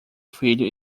filho